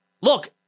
look